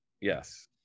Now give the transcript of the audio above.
Yes